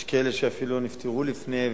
יש כאלה שאפילו נפטרו לפני,